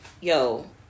yo